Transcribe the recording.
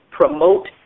promote